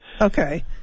Okay